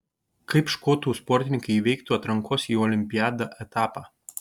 kaip škotų sportininkai įveiktų atrankos į olimpiadą etapą